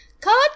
cut